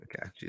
Okay